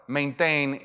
maintain